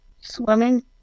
swimming